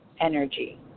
energy